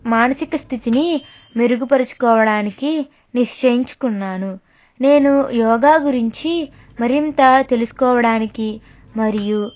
మానసిక స్థితిని మెరుగుపరుచుకోవడానికి నిశ్చయించుకున్నాను నేను యోగా గురించి మరింత తెలుసుకోవడానికి మరియు